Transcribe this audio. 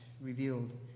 revealed